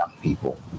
people